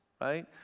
right